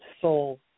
soul